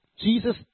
Jesus